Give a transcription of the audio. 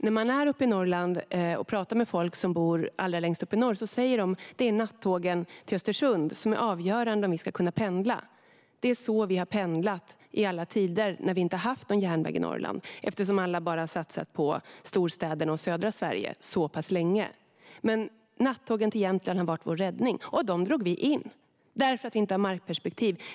När vi är i Norrland och pratar med folk som bor längst norrut säger de att det är nattågen till Östersund som är avgörande för om de ska kunna pendla. Det är så de har pendlat i alla tider när de inte har haft någon järnväg i Norrland eftersom alla bara har satsat på storstäderna och södra Sverige. Men nattågen till Jämtland har varit deras räddning. De nattågen drog vi in därför att vi inte hade ett markperspektiv.